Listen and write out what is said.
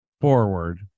forward